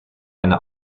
eine